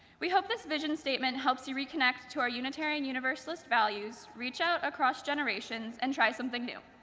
we hope this vision statement helps you reconnect to our unitarian universalist values, reach out across generations and try something new.